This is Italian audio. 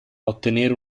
ottenere